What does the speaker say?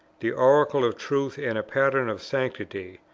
the oracle of truth and a pattern of sanctity,